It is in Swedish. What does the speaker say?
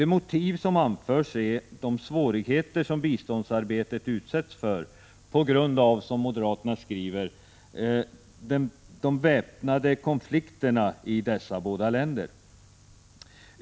Det motiv som anförs är de svårigheter som biståndsarbetet utsätts för på grund av de väpnade konflikterna i dessa båda länder.